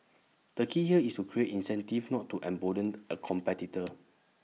the key here is to create incentives not to embolden A competitor